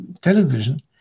television